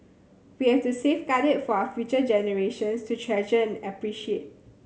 we have to safeguard it for our future generations to treasure and appreciate